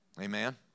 Amen